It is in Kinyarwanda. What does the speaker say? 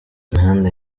imihanda